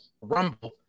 Rumble